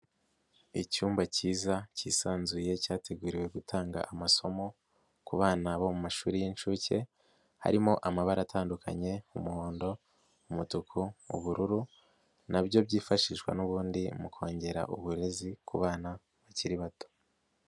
Icyumba cyiza cyisanzuye cyateguriwe gutanga amasomo ku bana bo mu mashuri y'incuke, harimo amabara atandukanye umuhondo, umutuku, ubururu, na byo byifashishwa n'ubundi mu kongera uburezi ku bana bakiri bato.